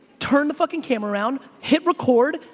turn the fucking camera around, hit record,